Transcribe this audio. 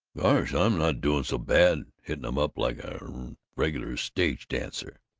gosh, i'm not doing so bad hittin' em up like a regular stage dancer!